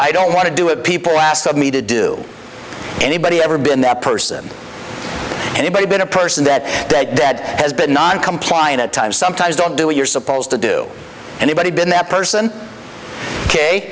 i don't want to do it people ask me to do anybody ever been that person anybody been a person that they dead has been non compliant at times sometimes don't do what you're supposed to do anybody been that person ok